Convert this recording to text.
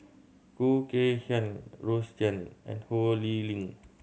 Khoo Kay Hian Rose Chan and Ho Lee Ling